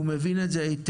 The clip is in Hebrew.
הוא מבין את זה היטב,